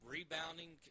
Rebounding